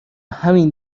همین